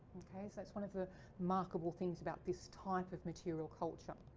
okay. so it's one of the markable things about this type of material culture.